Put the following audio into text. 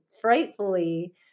frightfully